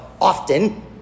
often